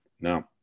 Now